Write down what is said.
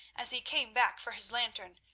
as he came back for his lantern,